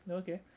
okay